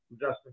Justin